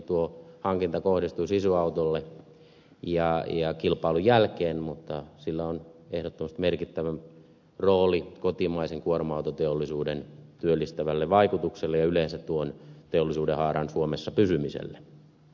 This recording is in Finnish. tuo hankinta kohdistui sisu autolle kilpailun jälkeen mutta sillä on ehdottomasti merkittävä rooli kotimaisen kuorma autoteollisuuden työllistävälle vaikutukselle ja yleensä tuon teollisuudenhaaran suomessa pysymiselle